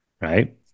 right